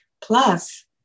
Plus